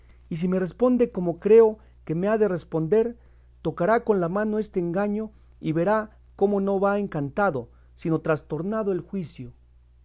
y si me responde como creo que me ha de responder tocará con la mano este engaño y verá como no va encantado sino trastornado el juicio